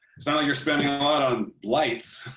so you're spending a lot on lights.